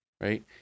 right